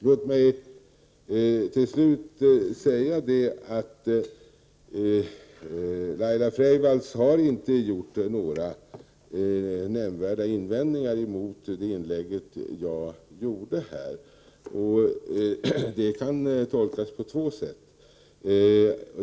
Låt mig till slut säga att Laila Freivalds inte har gjort några nämnvärda invändningar mot mitt inlägg här. Det kan tolkas på två sätt.